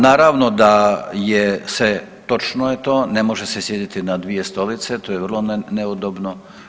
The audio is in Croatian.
Naravno da je točno to, ne može se sjediti na dvije stolice, to je vrlo neudobno.